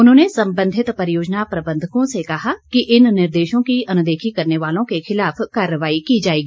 उन्होंने संबंधित परियोजना प्रबंधकों से कहा कि इन निर्देशों की अनदेखी करने वालों के खिलाफ कार्रवाई की जाएगी